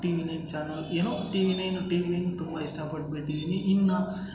TV nine channel ಏನೊ TV nine TV nine ತುಂಬ ಇಷ್ಟಪಟ್ಬಿಟ್ಟಿದೀನಿ ಇನ್ನೂ